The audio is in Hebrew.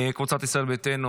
קבוצת ישראל ביתנו,